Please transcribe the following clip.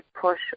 push